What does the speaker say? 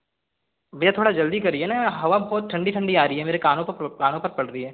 भैया थोड़ा जल्दी करिए न यहाँ हवा बहुत ठंडी ठंडी आ रही है मेरे कानों प पर कानों पर पड़ रही है